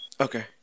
Okay